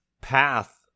path